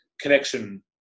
connection